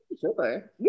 Sure